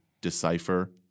decipher